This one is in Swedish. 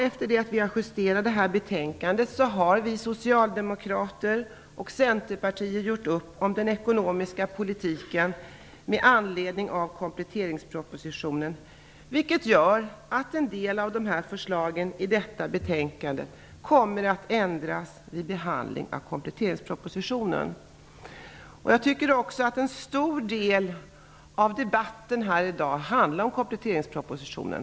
Efter det att vi har justerat det här betänkandet har vi socialdemokrater gjort upp med Centern om den ekonomiska politiken med anledning av kompletteringspropositionen. Det medför att en del av förslagen i detta betänkande kommer att ändras vid behandling av kompletteringspropositionen. Jag tycker också att en stor del av debatten här i dag har handlat om kompletteringspropositionen.